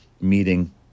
meeting